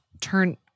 turn